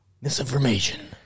Misinformation